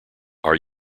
are